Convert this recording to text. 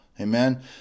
Amen